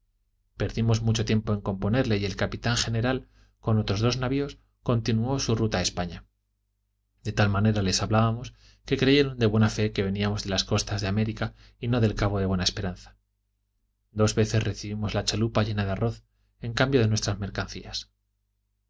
perdimos mucho tiempo en componerle y el capitán general con otros dos navios continuó su ruta a españa de tal manera les hablamos que creyeron de buena fe que veníamos de las costas de américa y no del cabo de buena esperanza dos veces recibimos la chalupa llena de arroz en cambio de nuestras mercancías nos